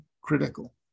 critical